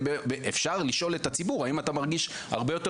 אפשר לשאול את הציבור "האם אתה מרגיש הרבה יותר